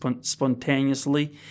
spontaneously